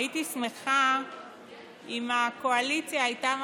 הייתי שמחה אם הקואליציה הייתה מקשיבה,